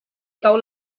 cau